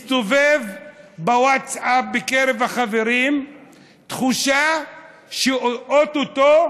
מסתובבת בווטסאפ בקרב החברים תחושה שאו-טו-טו,